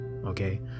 Okay